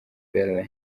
berlin